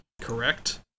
correct